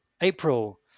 April